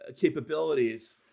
capabilities